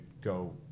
go